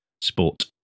Sport